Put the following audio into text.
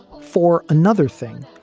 for another thing,